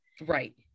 Right